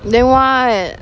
then what